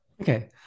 Okay